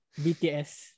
BTS